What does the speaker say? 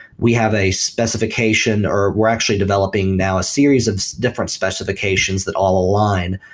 we have a specification or we're actually developing now a series of different specifications that all align,